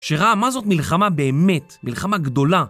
שראה מה זאת מלחמה באמת, מלחמה גדולה.